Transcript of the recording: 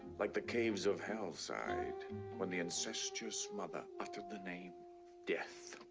like the caves of hell sighed when the incestuous mother ah the name death.